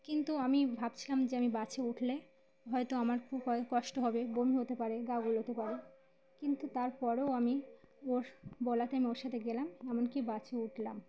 কিন্তু আমি ভাবছিলাম যে আমি বাসে উঠলে হয়তো আমার খুব হয় কষ্ট হবে বমি হতে পারে গা গুলোতে পারে কিন্তু তার পরেও আমি ওর বলাতে আমি ওর সাথে গেলাম এমনকি বাসে উঠলাম